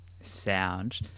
sound